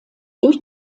durch